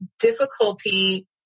difficulty